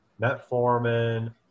Metformin